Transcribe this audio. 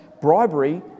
bribery